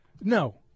No